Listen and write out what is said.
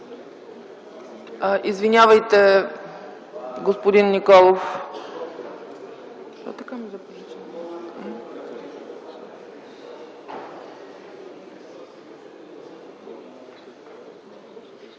Заповядайте, господин Николов.